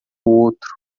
outro